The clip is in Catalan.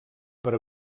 per